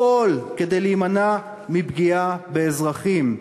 הכול, כדי להימנע מפגיעה באזרחים.